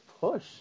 push